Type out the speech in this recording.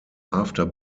after